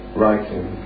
writing